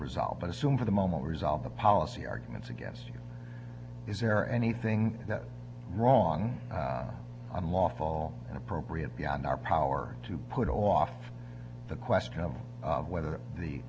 resolve but assume for the moment we resolve the policy arguments against you is there anything that wrong unlawful and appropriate beyond our power to put off the question of whether the